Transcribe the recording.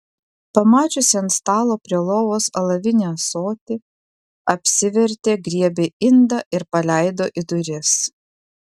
pamačiusi ant stalo prie lovos alavinį ąsotį apsivertė griebė indą ir paleido į duris